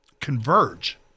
converge